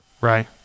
Right